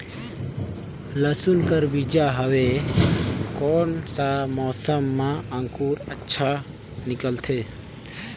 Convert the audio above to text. लसुन कर बीजा हवे कोन सा मौसम मां अंकुर अच्छा निकलथे?